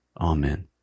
Amen